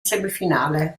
semifinale